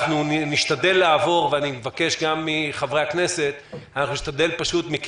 אנחנו נשתדל לעבור על הכול ואני מבקש גם מחברי הכנסת מכיוון